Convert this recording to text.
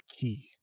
key